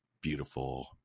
beautiful